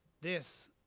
this.